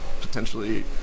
potentially